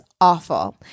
awful